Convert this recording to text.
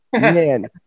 man